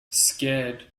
scared